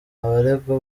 abaregwa